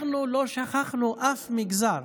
אנחנו לא שכחנו אף מגזר.